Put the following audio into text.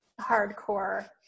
hardcore